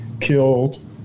killed